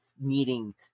needing